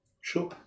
Sure